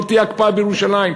לא תהיה הקפאה בירושלים,